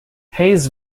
hayes